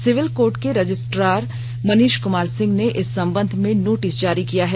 civil court के registrar Manish Kumar Singh ने इस संबंध में नोटिस जारी किया है